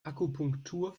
akupunktur